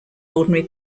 ordinary